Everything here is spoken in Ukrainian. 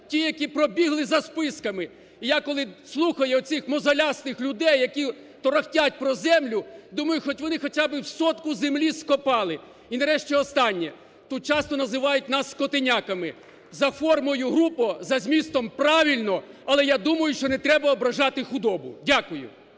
тим, які пробігли за списками. І я коли слухаю оцих мозолястих людей, які торохтять про землю, думаю, хоч вони хоча б сотку землі скопали. І нарешті останнє. Тут часто називають нас скотиняками. За формою – грубо, за змістом – правильно, але я думаю, що не треба ображати худобу. Дякую.